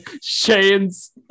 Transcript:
Shane's